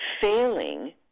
failing